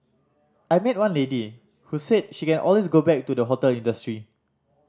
I met one lady who said she can always go back to the hotel industry